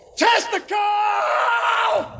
testicle